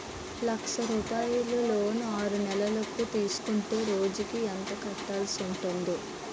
లక్ష రూపాయలు లోన్ ఆరునెలల కు తీసుకుంటే రోజుకి ఎంత కట్టాల్సి ఉంటాది?